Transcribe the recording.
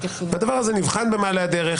והדבר הזה נבחן במעלה הדרך,